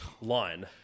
line